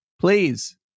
Please